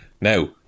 Now